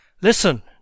Listen